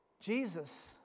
Jesus